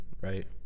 right